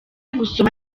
gusoma